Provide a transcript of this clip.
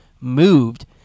moved